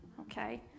okay